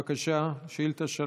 בבקשה, שאילתה מס'